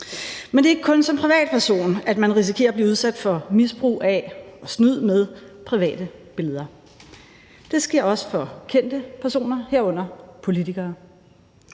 Men det er ikke kun som privatperson, at man risikerer at blive udsat for misbrug af og snyd med private billeder. Det sker også for kendte personer, herunder politikere.